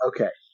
Okay